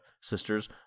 sisters